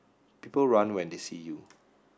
people run when they see you